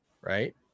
right